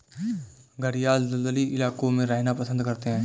घड़ियाल दलदली इलाकों में रहना पसंद करते हैं